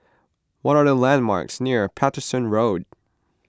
what are the landmarks near Paterson Road